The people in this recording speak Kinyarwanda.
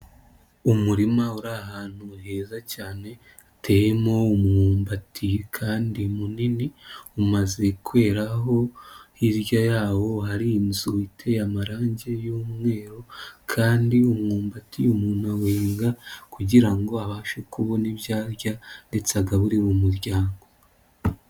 Umurima uri ahantu heza cyane hateyemo umwumbati kandi munini umaze kweraho, hirya yawo hari inzu iteye amarangi y'umweru, kandi umwumbati umuntu awuhinga kugira ngo ngo abashe kubona ibyo arya ndetse agaburire umuryango.